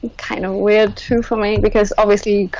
kind of weird too for me because obviously you